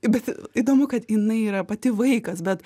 bet įdomu kad jinai yra pati vaikas bet